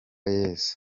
yesu